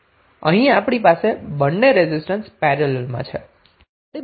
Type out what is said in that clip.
અહીં આપણી પાસે બંને રેઝિસ્ટન્સ પેરેલલમાં છે